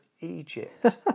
Egypt